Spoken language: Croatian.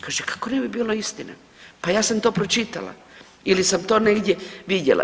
Kaže kako ne bi bila istina, pa ja sam to pročitala ili sam to negdje vidjela.